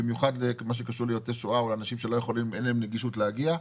במיוחד למה שקשור ליוצאי שואה או אנשים שאין להם נגישות להגיע.